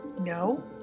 No